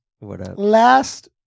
last